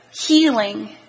healing